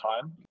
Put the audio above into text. time